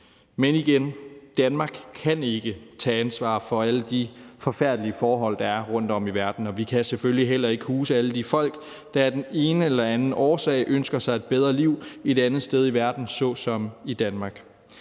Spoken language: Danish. jeg sige, at Danmark ikke kan tage ansvaret for alle de forfærdelige forhold, der er rundtom i verden, og vi kan selvfølgelig heller ikke huse alle de folk, der af den ene eller den anden årsag ønsker sig et bedre liv et andet sted i verden såsom i Danmark.